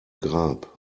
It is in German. grab